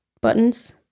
buttons